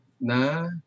na